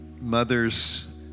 mothers